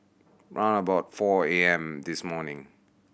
round about four A M this morning